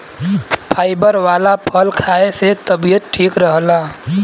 fibre वाला फल खाए से तबियत ठीक रहला